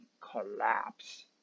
collapse